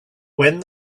when